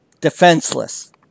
defenseless